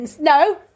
no